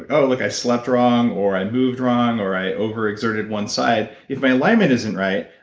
oh look, i slept wrong, or i moved wrong, or i over-exerted one side, if my alignment isn't right,